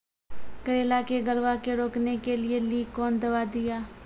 करेला के गलवा के रोकने के लिए ली कौन दवा दिया?